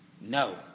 no